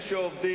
ללא שום ספק,